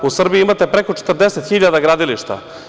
U Srbiji imate preko 40.000 gradilišta.